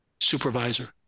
supervisor